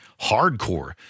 hardcore